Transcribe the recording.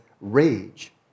rage